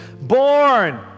born